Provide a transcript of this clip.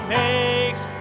makes